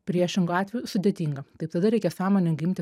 priešingu atveju sudėtinga taip tada reikia sąmoningai imti